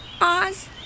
Oz